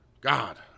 God